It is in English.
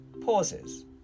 pauses